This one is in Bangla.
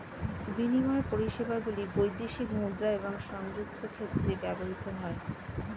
বিনিময় পরিষেবাগুলি বৈদেশিক মুদ্রা এবং সংযুক্ত ক্ষেত্রে ব্যবহৃত হয়